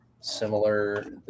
similar